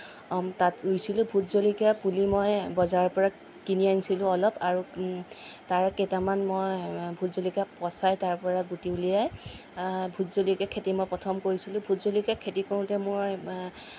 তাত ৰুইছিলোঁ ভূত জলকীয়াৰ পুলি মই বজাৰৰ পৰা কিনি আনিছিলোঁ অলপ আৰু তাৰ কেইটামান মই ভূত জলকীয়া পচাই তাৰ পৰা গুটি উলিয়াই ভূত জলকীয়া খেতি মই প্ৰথম কৰিছিলোঁ ভূত জলকীয়া খেতি কৰোঁতে মই